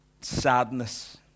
sadness